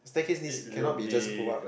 it will be